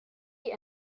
die